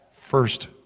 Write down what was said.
first